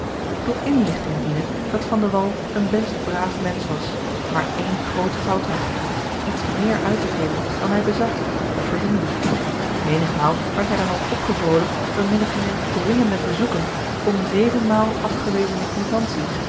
tot inlichting diene dat van de wall een best braaf mensch was maar ééne groote fout had iets meer uit te geven dan hij bezat of verdiende menigmaal werd hij dan ook opgevrolijkt door min of meer dringende verzoeken om zevenmaal afgewezene